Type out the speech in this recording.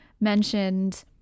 mentioned